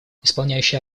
исполняющий